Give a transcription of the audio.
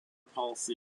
policy